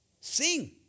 Sing